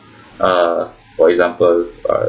uh for example